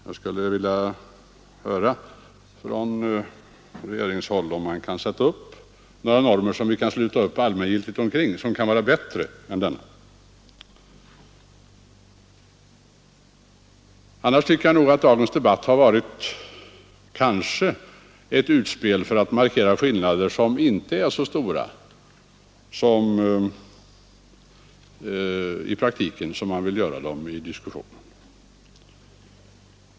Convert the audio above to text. Jag skulle vilja höra från regeringshåll, om man kan sätta upp några normer som vi allmänt kan sluta upp omkring och som kan vara bättre än denna, den kristna huvudnormen. Annars tycker jag nog att dagens debatt har varit ett utspel för att markera skillnader som inte är så stora i praktiken som man vill göra dem i diskussionen.